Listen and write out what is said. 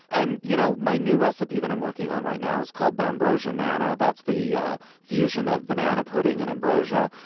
and you know my new recipe that i'm working on right now is called bambrosinana that's the fusion of banana pudding and ambrosia.